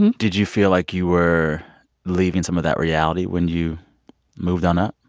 and did you feel like you were leaving some of that reality when you moved on up?